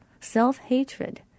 Self-hatred